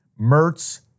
Mertz